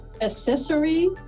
accessory